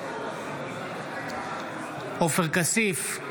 בעד עופר כסיף,